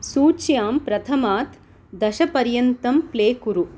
सूच्यां प्रथमात् दशपर्यन्तं प्ले कुरु